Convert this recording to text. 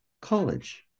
college